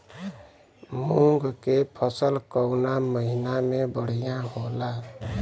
मुँग के फसल कउना महिना में बढ़ियां होला?